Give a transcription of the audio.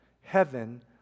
heaven